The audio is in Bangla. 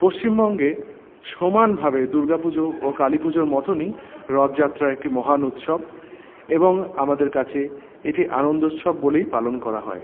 পশ্চিমবঙ্গে সমানভাবে দুর্গাপুজো ও কালীপুজোর মতনই রথযাত্রা একটি মহান উৎসব এবং আমাদের কাছে এটি আনন্দোৎসব বলেই পালন করা হয়